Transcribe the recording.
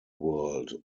world